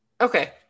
Okay